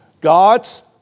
God's